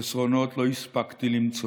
חסרונות לא הספקתי למצוא.